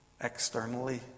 externally